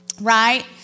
Right